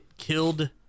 Killed